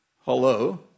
hello